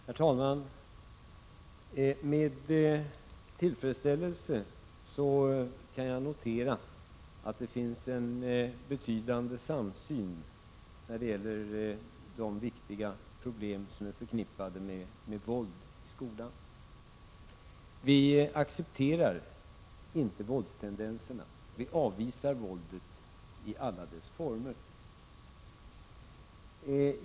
Herr talman! Med tillfredsställelse kan jag notera att det finns en betydande samsyn när det gäller de viktiga problem som är förknippade med våld i skolan. Vi accepterar inte våldstendenserna. Vi avvisar våldet i alla dess former.